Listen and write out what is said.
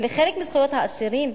אלה חלק מזכויות האסירים,